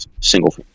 single